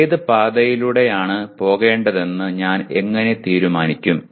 ഏത് പാതയിലൂടെയാണ് പോകേണ്ടതെന്ന് ഞാൻ എങ്ങനെ തീരുമാനിക്കും